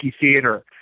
theater